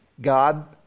God